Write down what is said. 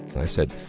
i said,